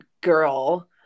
girl